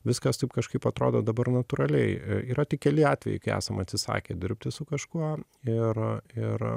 viskas taip kažkaip atrodo dabar natūraliai yra tik keli atvejai kai esam atsisakę dirbti su kažkuo ir ir